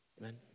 amen